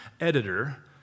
editor